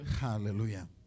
Hallelujah